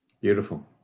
beautiful